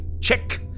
check